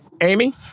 Amy